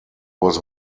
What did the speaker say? was